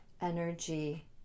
energy